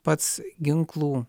pats ginklų